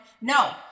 No